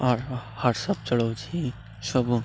ଆଉ ହ୍ୱାଟସଆପ୍ ଚଲଉଛି ସବୁ